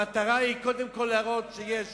המטרה היא קודם כול להראות שיש